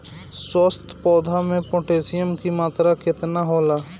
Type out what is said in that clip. स्वस्थ पौधा मे पोटासियम कि मात्रा कितना होला?